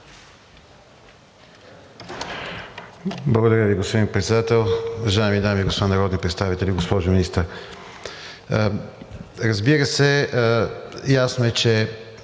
Благодаря Ви, господин Председател. Уважаеми дами господа народни представители, госпожо Министър! Разбира се, ясно е, че